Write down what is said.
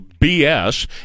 BS